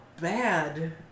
bad